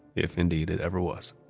if indeed it ever was